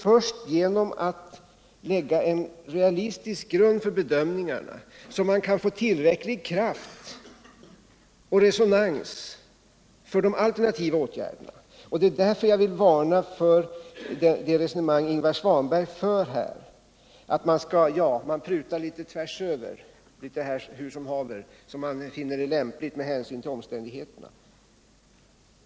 Först genom att lägga en realistisk grund för bedömningarna kan man få tillräcklig kraft och resonans för de alternativa åtgärderna. Därför vill jag varna för det resonemang som Ingvar Svanberg här för, att man skall pruta i kapacitet litet tvärsöver som man finner lämpligt med hänsyn till omständigheterna.